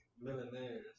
millionaires